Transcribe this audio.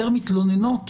יותר מתלוננות